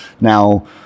now